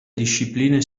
discipline